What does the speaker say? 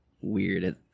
weird